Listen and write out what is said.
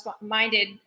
minded